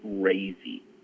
crazy